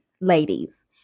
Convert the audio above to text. ladies